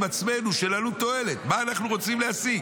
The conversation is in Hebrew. עצמנו של עלות-תועלת מה אנחנו רוצים להשיג?